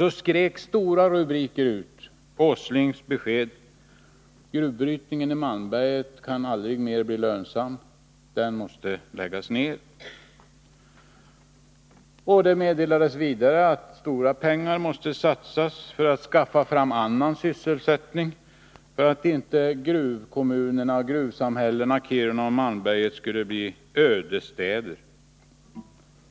möttes jag av stora rubriker som skrek ut industriminister Åslings besked att gruvbrytningen i Malmberget aldrig mer kan bli lönsam. Den måste läggas ned. Det meddelades vidare att stora pengar måste satsas på att skapa annan sysselsättning, om inte gruvkommunerna och gruvsamhällena Kiruna och Malmberget skulle bli ödestäder.